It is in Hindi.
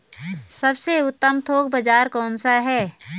सबसे उत्तम थोक बाज़ार कौन सा है?